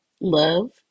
love